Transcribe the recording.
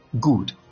Good